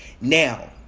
Now